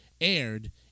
aired